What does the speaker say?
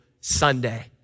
Sunday